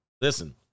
listen